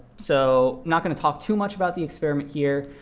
so not going to talk too much about the experiment here,